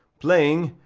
playing,